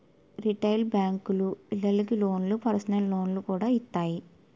retail బేంకులు ఇళ్ళకి లోన్లు, పర్సనల్ లోన్లు కూడా ఇత్తాయి